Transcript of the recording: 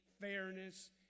fairness